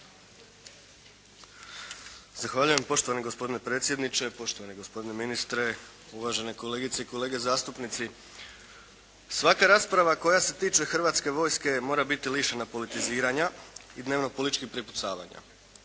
Zahvaljujem. Poštovani gospodine predsjedniče, poštovani gospodine ministre, uvažene kolegice i kolege zastupnici. Svaka rasprava koja se tiče Hrvatske vojske mora biti lišena politizirana i dnevno političkih prepucanja.